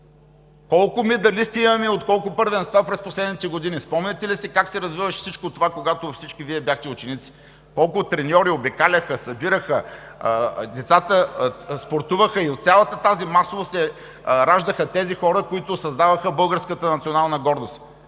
Колко медалисти имаме от колко първенства през последните години? Спомняте ли си как се развиваше всичко това, когато всички Вие бяхте ученици? Колко треньори обикаляха, събираха децата, спортуваха и от цялата тази масовост се раждаха тези хора, които създаваха българската национална гордост.